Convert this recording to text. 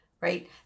right